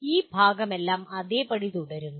ഈ ഭാഗമെല്ലാം അതേപടി തുടരുന്നു